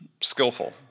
skillful